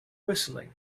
whistling